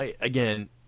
Again